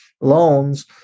loans